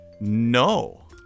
No